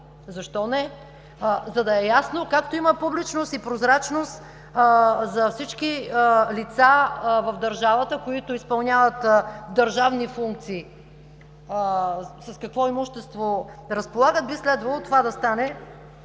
защо не? За да е ясно, както има публичност и прозрачност за всички лица в държавата, които изпълняват държавни функции, с какво имущество разполагат, би следвало това да стане.